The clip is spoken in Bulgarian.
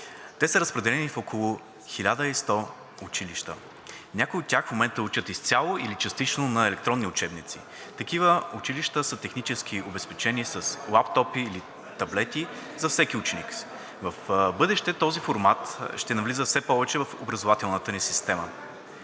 Те са разпределени в около 1100 училища. Някои от тях в момента учат изцяло или частично на електронни учебници. Такива училища са технически обезпечени с лаптопи или таблети за всеки ученик. (Шум и реплики.) В бъдеще този формат ще навлиза все повече в образователната ни система.